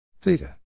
Theta